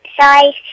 Size